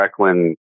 Recklin